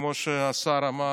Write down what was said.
כמו שהשר אמר,